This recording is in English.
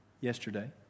yesterday